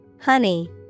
Honey